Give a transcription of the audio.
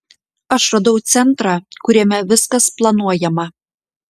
aš radau centrą kuriame viskas planuojama